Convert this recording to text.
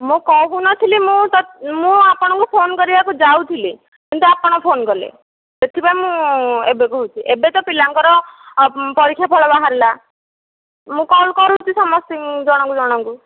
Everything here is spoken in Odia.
ମୁଁ କହୁନଥିଲି ମୁଁ ତ ମୁଁ ଆପଣଙ୍କୁ ଫୋନ୍ କରିବାକୁ ଯାଉଥିଲି କିନ୍ତୁ ଆପଣ ଫୋନ୍ କଲେ ସେଥିପାଇଁ ମୁଁ ଏବେ କହୁଛି ଏବେ ତ ପିଲାଙ୍କର ପରୀକ୍ଷା ଫଳ ବାହାରିଲା ମୁଁ କଲ୍ କରୁଛି ସମସ୍ତଙ୍କୁ ଜଣ ଜଣଙ୍କୁ